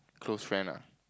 close friend lah